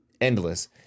endless